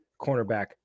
cornerback